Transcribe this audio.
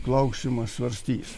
klausimą svarstys